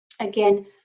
Again